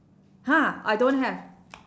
!huh! I don't have